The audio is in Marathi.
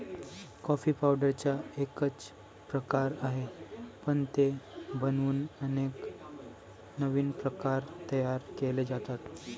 कॉफी पावडरचा एकच प्रकार आहे, पण ते बनवून अनेक नवीन प्रकार तयार केले जातात